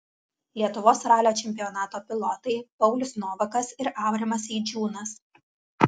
lietuvos ralio čempionato pilotai paulius novakas ir aurimas eidžiūnas